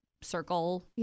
circle